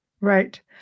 Right